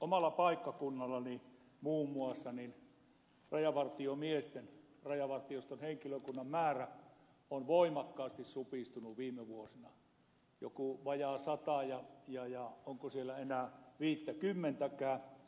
omalla paikkakunnallani muun muassa rajavartiomiesten rajavartioston henkilökunnan määrä on voimakkaasti supistunut viime vuosina oli joku vajaa sata ja onko siellä enää viittäkymmentäkään